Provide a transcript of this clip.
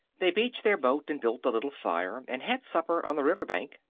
they beached their boat, and built a little fire, and had supper on the riverbank,